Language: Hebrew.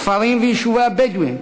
כפרים ויישובי הבדואים,